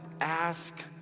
ask